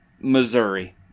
Missouri